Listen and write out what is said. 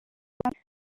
okapi